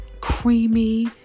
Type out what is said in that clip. creamy